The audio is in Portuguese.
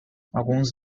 alguns